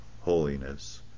holiness